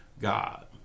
God